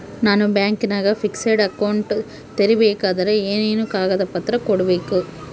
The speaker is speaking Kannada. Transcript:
ನಾನು ಬ್ಯಾಂಕಿನಾಗ ಫಿಕ್ಸೆಡ್ ಅಕೌಂಟ್ ತೆರಿಬೇಕಾದರೆ ಏನೇನು ಕಾಗದ ಪತ್ರ ಕೊಡ್ಬೇಕು?